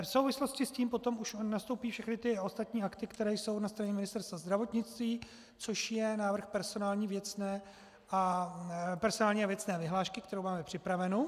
V souvislosti s tím potom už nastoupí všechny ty ostatní akty, které jsou na straně Ministerstva zdravotnictví, což je návrh personální a věcné vyhlášky, kterou máme připravenu.